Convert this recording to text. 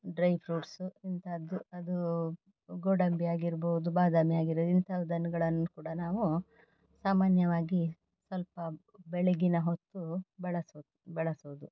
dry fruits ಇಂತಹದ್ದು ಅದು ಗೋಡಂಬಿ ಆಗಿರ್ಬೋದು ಬಾದಾಮಿ ಆಗಿ ಇಂತಹದನ್ನುಗಳನ್ನು ಕೂಡ ನಾವು ಸಾಮಾನ್ಯವಾಗಿ ಸ್ವಲ್ಪ ಬೆಳಗ್ಗಿನ ಹೊತ್ತು ಬಳಸುವುದು ಬಳಸುವುದು